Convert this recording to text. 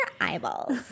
eyeballs